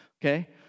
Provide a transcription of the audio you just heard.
okay